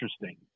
interesting